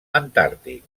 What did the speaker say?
antàrtic